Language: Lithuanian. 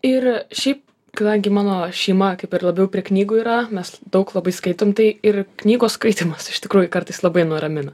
ir šiaip kadangi mano šeima kaip ir labiau prie knygų yra mes daug labai skaitom tai ir knygos skaitymas iš tikrųjų kartais labai nuramina